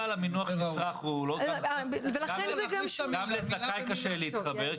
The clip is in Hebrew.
גם ל"זכאי" קשה להתחבר,